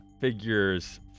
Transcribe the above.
figures